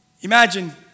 Imagine